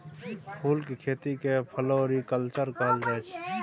फुलक खेती केँ फ्लोरीकल्चर कहल जाइ छै